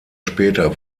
später